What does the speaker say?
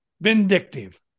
vindictive